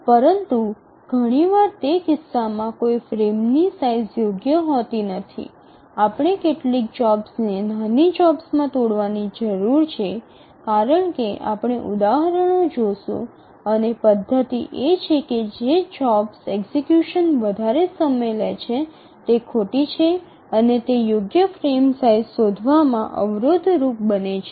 પરંતુ ઘણીવાર તે કિસ્સામાં કોઈ ફ્રેમની સાઇઝ યોગ્ય હોતી નથી આપણે કેટલીક જોબ્સને નાની જોબ્સમાં તોડવાની જરૂર છે કારણ કે આપણે ઉદાહરણો દ્વારા જોશું અને પદ્ધતિ એ છે કે જે જોબ્સ એક્ઝિકયુશન વધારે સમય લે છે તે ખોટી છે અને તે યોગ્ય ફ્રેમ સાઇઝ શોધવામાં અવરોધરૂપ બને છે